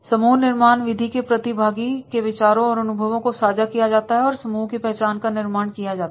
समूह निर्माण विधि में प्रतिभागी के विचारों और अनुभवों को साझा किया जाता है और समूह की पहचान का निर्माण किया जाता है